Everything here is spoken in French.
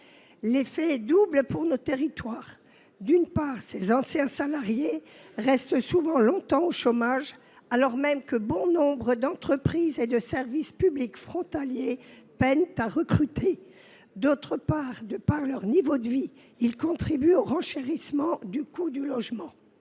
L’effet est double pour nos territoires. D’une part, ces anciens salariés restent souvent longtemps au chômage, alors même que bon nombre d’entreprises et de services publics frontaliers peinent à recruter. D’autre part, compte tenu de leur niveau de vie, ils contribuent au renchérissement du coût du logement.